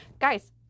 Guys